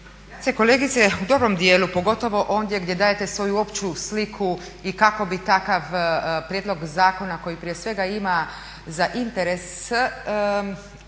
Vi ste kolegice u dobrom dijelu, pogotovo ondje gdje dajete svoju opću sliku i kako bi takav prijedlog zakona koji prije svega ima za interes